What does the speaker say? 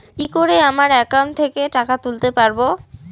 কি করে আমার একাউন্ট থেকে টাকা তুলতে পারব?